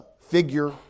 figure